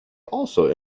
also